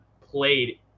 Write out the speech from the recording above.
played